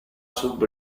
sub